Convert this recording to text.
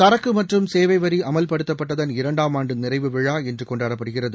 சரக்கு மற்றம் சேவை வரி அமல்படுத்தப்பட்டதன் இரண்டாம் ஆண்டு நிறைவு விழா இன்று கொண்டாடப்படுகிறது